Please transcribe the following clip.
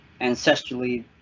ancestrally